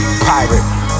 pirate